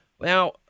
Now